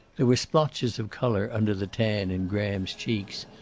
there were splotches of color under the tan in graham's cheeks,